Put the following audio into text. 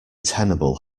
tenable